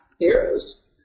Heroes